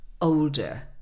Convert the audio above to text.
older